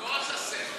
הוא לא רצה סנדוויץ'?